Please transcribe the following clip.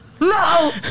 no